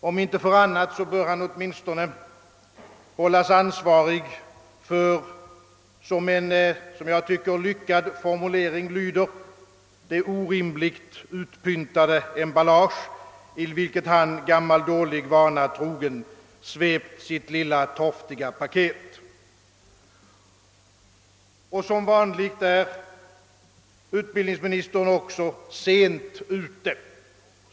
Om inte för annat bör han åtminstone hållas ansvarig för — som en lyckad formulering lyder — »det orimligt utpyntade emballage i vilket han, gammal dålig vana trogen, svept sitt lilla torftiga paket». Som vanligt är utbildningsministern också sent ute.